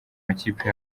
makipe